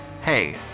Hey